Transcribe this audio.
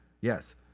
Yes